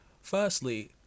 Firstly